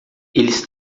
eles